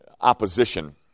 opposition